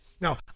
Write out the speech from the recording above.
Now